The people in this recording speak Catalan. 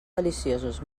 deliciosos